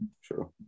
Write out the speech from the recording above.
Sure